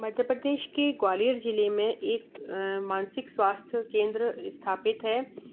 मध्य प्रदेस के ग्वालियर ज़िले में एक मानसिक स्वास्थ्य केंद्र स्थापित है